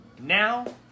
Now